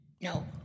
No